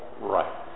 right